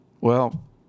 Well